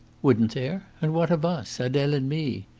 wouldn't there? and what of us adele and me?